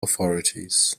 authorities